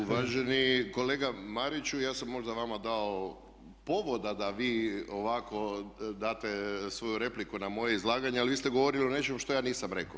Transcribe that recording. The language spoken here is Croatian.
Uvaženi kolega Mariću ja sam možda vama dao povoda da vi ovako date svoju repliku na moje izlaganje ali vi ste govorili o nečemu što ja nisam rekao.